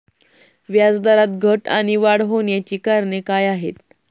व्याजदरात घट आणि वाढ होण्याची कारणे काय आहेत?